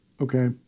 okay